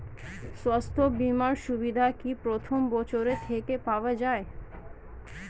স্বাস্থ্য বীমার সুবিধা কি প্রথম বছর থেকে পাওয়া যায়?